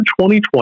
2020